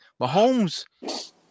Mahomes